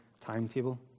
timetable